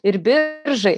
ir biržai